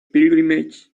pilgrimage